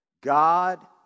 God